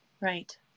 right